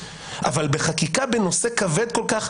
אבל בחקיקה בנושא כבד כל כך,